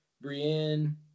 Brienne